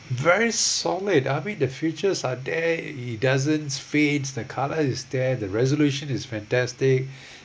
very solid I mean the features are there it doesn't fades the colour is there the resolution is fantastic